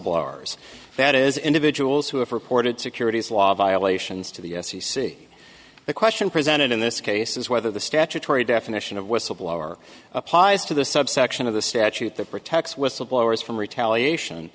whistleblowers that is individuals who have reported securities law violations to the f c c the question presented in this case is whether the statutory definition of whistleblower applies to the subsection of the statute that protects whistleblowers from retaliation